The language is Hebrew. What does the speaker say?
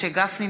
משה גפני,